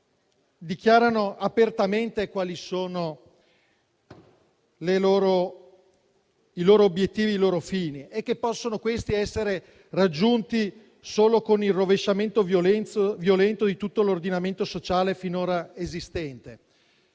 dichiarano apertamente quali sono i loro obiettivi e i loro fini, e che questi possono questi essere raggiunti solo con il rovesciamento violento di tutto l'ordinamento sociale finora esistente.